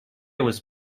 was